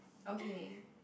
okay